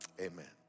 Amen